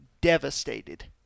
devastated